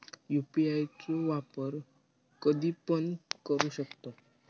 UPI चो वापर कधीपण करू शकतव?